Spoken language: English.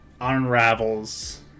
unravels